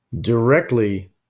directly